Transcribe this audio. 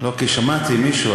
כי שמעתי מישהו,